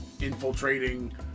infiltrating